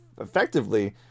effectively